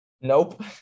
Nope